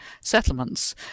settlements